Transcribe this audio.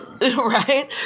right